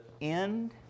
end